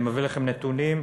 אני מביא לכם נתונים,